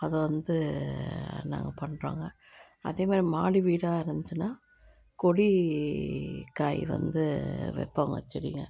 அதை வந்து நாங்கள் பண்ணுறோங்க அதேமாதிரி மாடி வீடாக இருந்துச்சுன்னா கொடி காய் வந்து வைப்போங்க செடிங்க